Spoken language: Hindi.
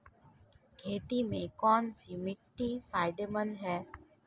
खेती में कौनसी मिट्टी फायदेमंद है?